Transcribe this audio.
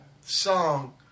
song